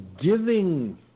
giving